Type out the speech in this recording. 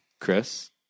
Chris